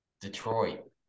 Detroit